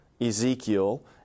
Ezekiel